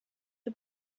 the